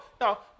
Now